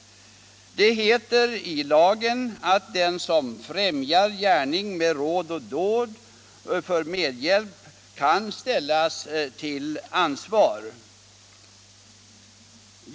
Det heter i lagen att den som främjar gärning med råd eller dåd kan ställas till ansvar för medhjälp.